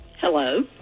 Hello